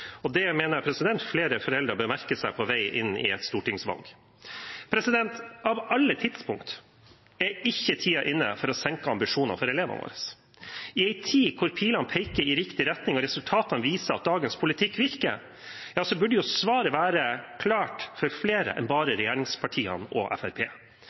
skolen. Det mener jeg flere foreldre bør merke seg på vei inn i et stortingsvalg. Av alle tidspunkt er tiden ikke inne for å senke ambisjonene for elevene våre. I en tid hvor pilene peker i riktig retning og resultatene viser at dagens politikk virker, burde jo svaret være klart for flere enn bare regjeringspartiene og